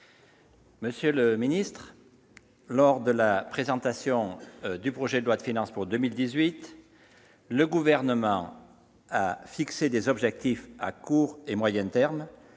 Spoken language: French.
collègues, lors de la présentation de la loi de finances pour 2018, le Gouvernement a fixé des objectifs à court et moyen terme.